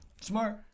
Smart